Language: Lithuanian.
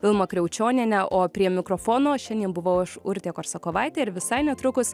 vilma kriaučioniene o prie mikrofono šiandien buvau aš urtė korsakovaitė ir visai netrukus